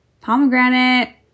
Pomegranate